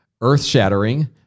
earth-shattering